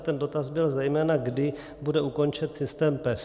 Ten dotaz byl zejména, kdy bude ukončen systém PES.